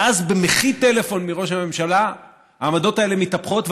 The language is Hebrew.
ואז, במחי טלפון מראש הממשלה העמדות האלה מתהפכות.